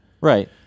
Right